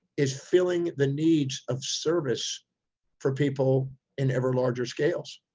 is filling the needs of service for people in ever larger scales.